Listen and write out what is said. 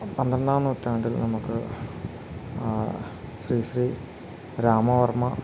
പന്ത്രണ്ടാം നൂറ്റാണ്ടിൽ നമുക്ക് ശ്രീ ശ്രീ രാമവർമ്മ